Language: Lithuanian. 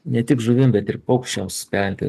ne tik žuvim bet ir paukščiams pelkių